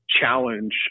challenge